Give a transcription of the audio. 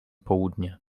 południe